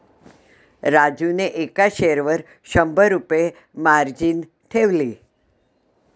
राजूने एका शेअरवर शंभर रुपये मार्जिन ठेवले